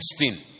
16